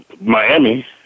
Miami